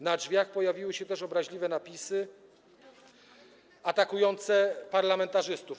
Na drzwiach pojawiły się też obraźliwe napisy atakujące parlamentarzystów.